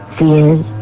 fears